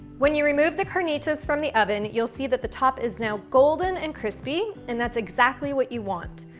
when you remove the carnitas from the oven, you'll see that the top is now golden and crispy and that's exactly what you want.